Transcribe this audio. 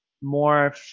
more